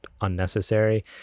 unnecessary